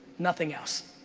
nothing else.